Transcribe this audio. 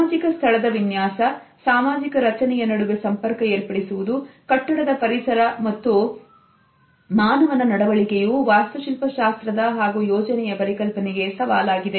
ಸಾಮಾಜಿಕ ಸ್ಥಳದ ವಿನ್ಯಾಸ ಸಾಮಾಜಿಕ ರಚನೆಯ ನಡುವೆ ಸಂಪರ್ಕ ಏರ್ಪಡಿಸುವುದು ಕಟ್ಟಡದ ಪರಿಸರ ಮತ್ತು ಮಾನವನ ನಡವಳಿಕೆಯು ವಾಸ್ತು ಶಿಲ್ಪ ಶಾಸ್ತ್ರದ ಹಾಗೂ ಯೋಜನೆಯ ಪರಿಕಲ್ಪನೆಗೆ ಸವಾಲಾಗಿದೆ